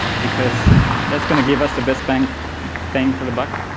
because that's going to give us the best bang bang for the buck.